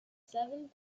seventh